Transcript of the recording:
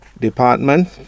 Department